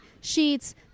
sheets